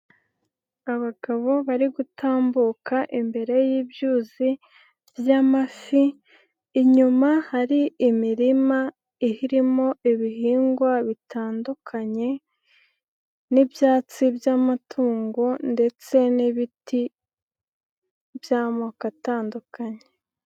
Abagabo bari gutambuka imbere y'ibyuzi by'amafi, inyuma hari imirima irimo ibihingwa bitandukanye n'ibyatsi by'amatungo ndetse n'ibiti by'amoko atandukanye.